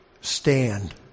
stand